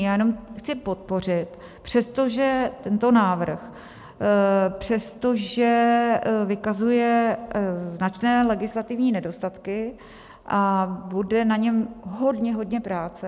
Já to jenom chci podpořit, přestože tento návrh vykazuje značné legislativní nedostatky a bude na něm hodně, hodně práce.